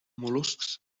mol·luscs